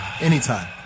Anytime